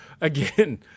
Again